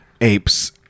apes